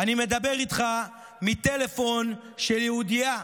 אני מדבר איתך מטלפון של יהודייה.